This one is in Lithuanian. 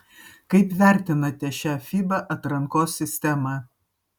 kaip vertinate šią fiba atrankos sistemą